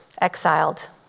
exiled